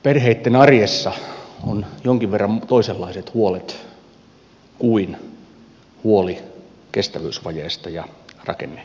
perheitten arjessa on jonkin verran toisenlaiset huolet kuin huoli kestävyysvajeesta ja rakenneuudistuksista